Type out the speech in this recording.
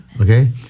Okay